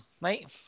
mate